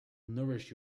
nourish